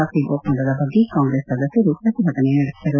Rafale ಒಪ್ಸಂದದ ಬಗ್ಗೆ ಕಾಂಗ್ರೆಸ್ ಸದಸ್ನರು ಪ್ರತಿಭಟನೆ ನಡೆಸಿದರು